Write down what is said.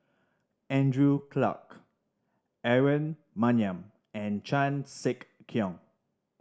Andrew Clarke Aaron Maniam and Chan Sek Keong